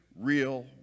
real